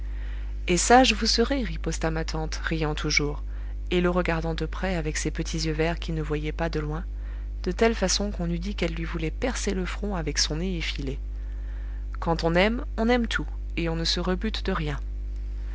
et sage vous serez riposta ma tante riant toujours et le regardant de près avec ses petits yeux verts qui ne voyaient pas de loin de telle façon qu'on eût dit qu'elle lui voulait percer le front avec son nez effilé quand on aime on aime tout et on ne se rebute de rien